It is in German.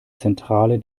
zentrale